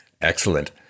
excellent